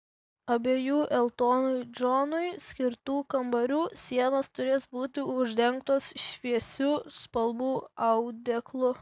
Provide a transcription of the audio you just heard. abiejų eltonui džonui skirtų kambarių sienos turės būti uždengtos šviesių spalvų audeklu